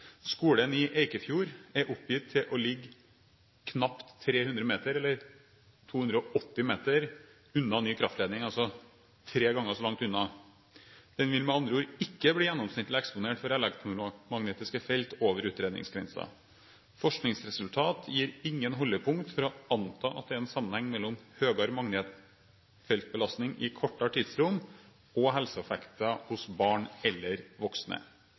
Skolen i Eikefjord er oppgitt å ligge knapt 300 meter – 280 meter – unna ny kraftledning, altså tre ganger så langt unna. Den vil med andre ord ikke bli gjennomsnittlig eksponert for elektromagnetiske felt over utredningsgrensen. Forskningsresultater gir ingen holdepunkter for å anta at det er en sammenheng mellom høyere magnetfeltbelastning i kortere tidsrom og helseeffekter hos barn eller voksne.